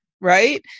right